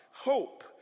Hope